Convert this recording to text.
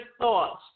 thoughts